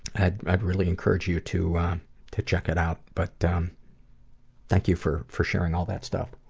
i'd i'd really encourage you to to check it out. but um thank you for for sharing all that stuff,